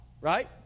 Right